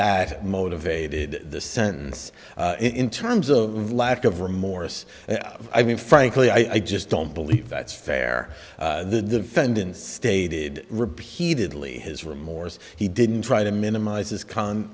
that motivated the sentence in terms of lack of remorse i mean frankly i just don't believe that's fair the defendant stated repeatedly his remorse he didn't try to minimize his con